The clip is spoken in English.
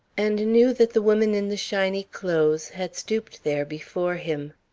and knew that the woman in the shiny clothes had stooped there before him.